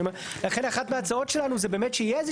לכן אחת מההצעות שלנו זה באמת שיהיה איזה